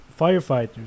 firefighters